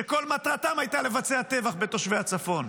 שכל מטרתם הייתה לבצע טבח בתושבי הצפון?